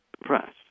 press